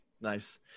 Nice